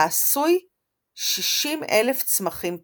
העשוי 60000 צמחים פורחים.